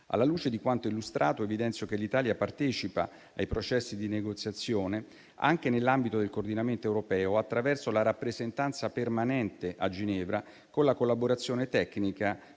Alla luce di quanto illustrato, evidenzio che l'Italia partecipa ai processi di negoziazione anche nell'ambito del coordinamento europeo, attraverso la rappresentanza permanente a Ginevra, con la collaborazione tecnica